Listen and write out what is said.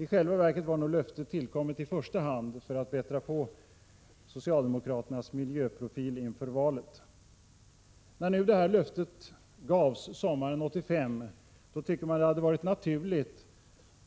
I själva verket var nog löftet tillkommet i första hand för att bättra på socialdemokraternas miljöprofil inför valet. När nu det här löftet gavs sommaren 1985 tycker man att det hade varit naturligt